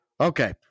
Okay